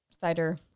cider